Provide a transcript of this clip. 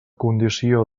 condició